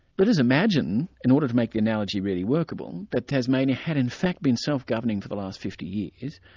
but us imagine, in order to make the analogy really workable that tasmania had in fact been self-governing for the last fifty years,